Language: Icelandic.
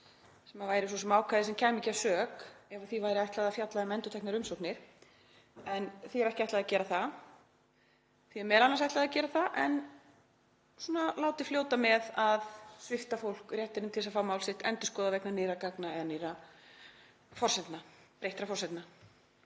sem væri svo sem ákvæði sem kæmi ekki að sök ef því væri ætlað að fjalla um endurteknar umsóknir en því er ekki ætlað að gera það. Því er m.a. ætlað að gera það en það látið fljóta með að svipta fólk réttinum til þess að fá mál sitt endurskoðað vegna nýrra gagna eða nýrra forsendna, breyttra forsendna.